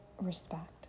respect